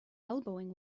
elbowing